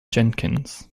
jenkins